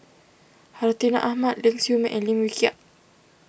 Hartinah Ahmad Ling Siew May and Lim Wee Kiak